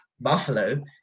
Buffalo